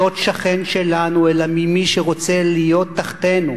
שכן שלנו אלא במי שרוצה להיות תחתנו,